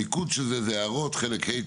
המיקוד של זה הוא הערות פרק ה',